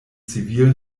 zivil